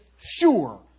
sure